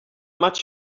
much